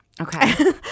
Okay